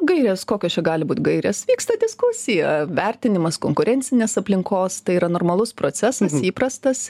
gairės kokios čia gali būt gaires vyksta diskusija vertinimas konkurencinės aplinkos tai yra normalus procesas įprastas